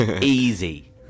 Easy